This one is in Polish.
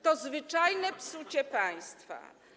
To zwyczajne psucie państwa.